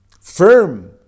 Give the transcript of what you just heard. firm